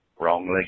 wrongly